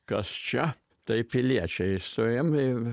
kas čia taip piliečiai suėjo ir